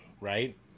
Right